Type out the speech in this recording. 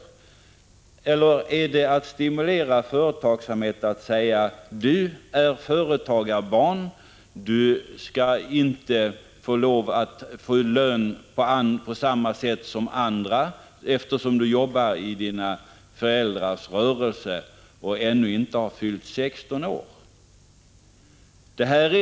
Eller är det att stimulera då man säger: Du är företagarbarn, du skall inte få lön på samma sätt som andra, eftersom du arbetar i dina föräldrars rörelse och ännu inte har fyllt 16 år?